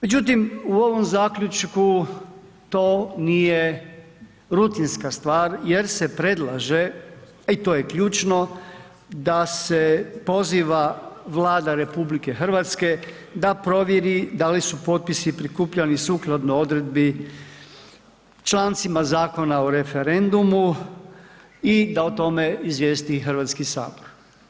Međutim, u ovom zaključku to nije rutinska stvar jer se predlaže i to je ključno da se poziva Vlada RH da provjeri da li su potpisi prikupljani sukladno odredbi člancima Zakona o referendumu i da o tome izvijesti Hrvatski sabor.